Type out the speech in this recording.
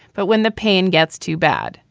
but when the pain gets too bad.